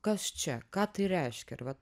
kas čia ką tai reiškia ir vat